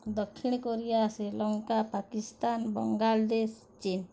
ଦକ୍ଷିଣ କୋରିଆ ଶ୍ରୀଲଙ୍କା ପାକିସ୍ତାନ ବାଂଲାଦେଶ ଚୀନ୍